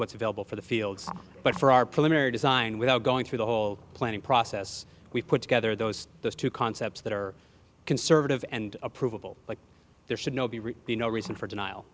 what's available for the field but for our preliminary design without going through the whole planning process we've put together those those two concepts that are conservative and a provable like there should no be be no reason for denial